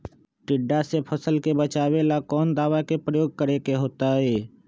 टिड्डा से फसल के बचावेला कौन दावा के प्रयोग करके होतै?